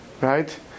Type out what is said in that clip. Right